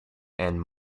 and